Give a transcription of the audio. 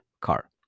car